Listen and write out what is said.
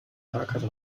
fahrkarte